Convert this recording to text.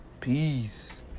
Peace